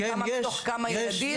כמה מתוך כמה ילדים.